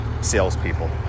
salespeople